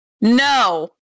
No